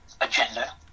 agenda